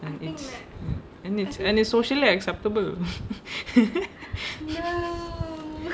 and it's and it's and it's socially acceptable